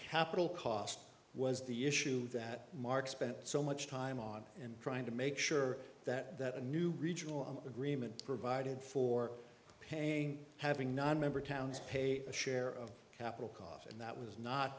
capital cost was the issue that mark spent so much time on and trying to make sure that that a new regional agreement provided for paying having nonmember towns paid a share of capital cost and that was not